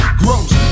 grows